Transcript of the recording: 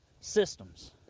Systems